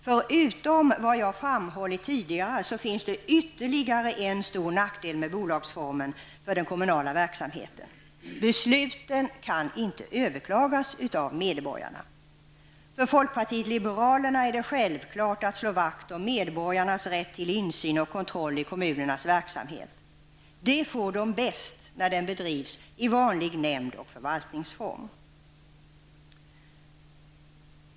Förutom vad jag framhållit tidigare finns det ytterligare en stor nackdel med bolagsformen för den kommunala verksamheten, nämligen att besluten inte kan överklagas av medborgarna. För folkpartiet liberalerna är det självklart att slå vakt om medborgarnas rätt till insyn och kontroll i kommunernas verksamhet. Det får de bäst när verksamheten bedrivs i vanlig nämnd och förvaltningsform.